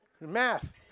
Math